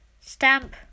stamp